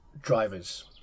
drivers